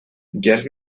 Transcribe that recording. get